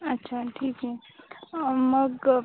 अच्छा ठीक आहे मग